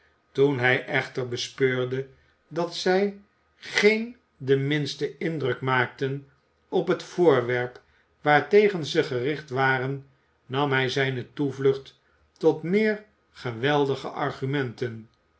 toen hij echter bespeurde dat zij geen den minsten indruk maakten op het voorwerp waartegen ze gericht waren nam hij zijne toevlucht tot meer geweldige argumenten